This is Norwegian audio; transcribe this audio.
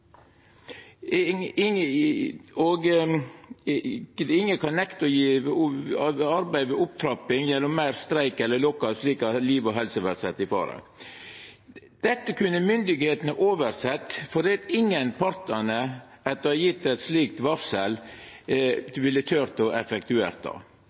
ein dag er over. Ingen kan nekta å gjera arbeid ved opptrapping gjennom meir streik eller lockout slik at liv og helse vert sett i fare. Dette kunne myndigheitene oversett, for ingen av partane, etter å ha gjeve eit slikt varsel,